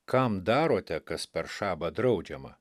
kam darote kas per šabą draudžiama